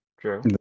True